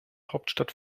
hauptstadt